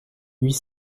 huit